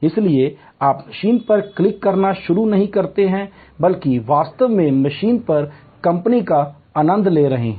इसलिए आप मशीन पर क्लिक करना शुरू नहीं करते हैं बल्कि वास्तव में मशीन पर कंपनी का आनंद ले रहे हैं